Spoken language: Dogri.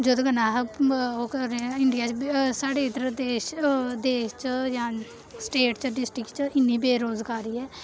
जौह्दे कन्नै अस ओह् करें इंडियां च साढ़े इद्धर देश च देश च जां स्टेट च डिस्ट्रिक्ट च इ'न्नी बेरोजगारी ऐ